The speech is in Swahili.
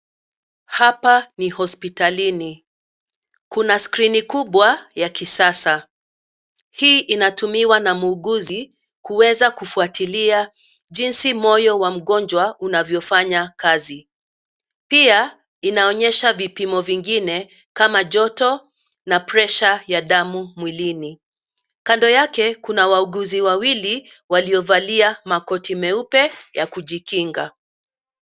Hapa ni hospitalini. Kuna skrini kubwa ya kisasa. Hii inatumiwa na muuguzi kuweza kufuatilia jinsi moyo wa mgonjwa unavyofanya kazi. Pia inaonyesha vipimo vingine kama joto na presha ya damu mwilini. Kando yake kuna wauguzi wawili waliovalia makoti meupe ya kujikinga.